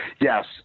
Yes